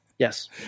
Yes